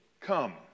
come